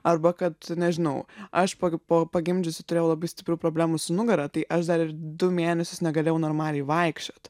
arba kad nežinau aš pag pa pagimdžiusi turėjau labai stiprų problemų su nugara tai aš dar du mėnesius negalėjau normaliai vaikščiot